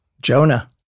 Jonah